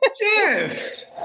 Yes